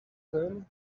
then